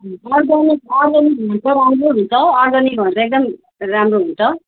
organic organic हो भने त राम्रो हुन्छ अर्ग्यानिक हो भने त एकदम राम्रो हुन्छ